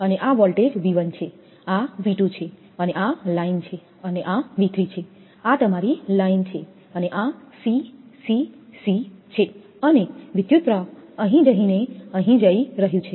અને આ વોલ્ટેજ છે આ છે અને આ લાઈન છે અને આ છે આ તમારી લાઇન છે અને આ C C C છે અને વિદ્યુતપ્રવાહ અહીં જઈને અહીં જઈ રહ્યું છે